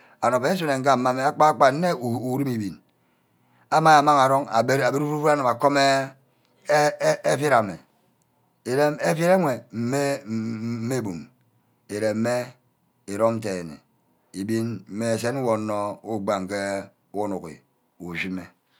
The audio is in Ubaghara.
And oven isu nne-mma mme akpan. Akpan nne uri mmi ebin, amang amang arong, abere ovud-ovud atom evid ame, irem evid ewe mme bum, ireme erome denme, ebin mme esene wor anor ubagha unuck huhe ushime.